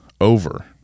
over